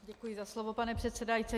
Děkuji za slovo, pane předsedající.